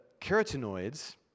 carotenoids